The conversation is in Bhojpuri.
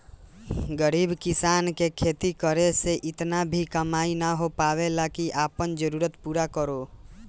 गरीब किसान के खेती करे से इतना भी कमाई ना हो पावेला की आपन जरूरत पूरा करो